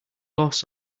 loss